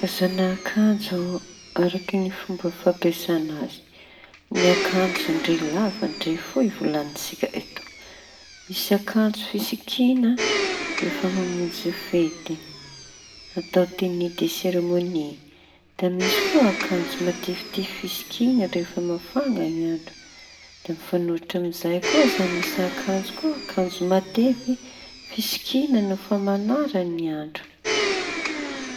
Karazana akanjo miaraky fomba fampiasa azy. Ny akanjo ndre lava ndre fohy volañintsika eto. Misy akanjo fisikiña rehefa mamonjy fety atô teni de seremôni iñy. Da misy koa akanjo matifitify fisikiña rehefa mafaña ny andro. Da mifañohitra amizay koa zañy misy koa akanjo mateviñy fisikiña no fa mañara ny andro.